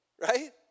right